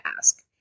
ask